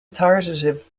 authoritative